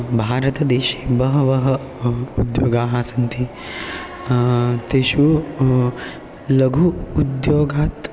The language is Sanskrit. भारतदेशे बहवः उद्योगाः सन्ति तेषु लघु उद्योगात्